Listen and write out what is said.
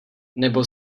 nebo